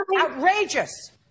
Outrageous